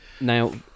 Now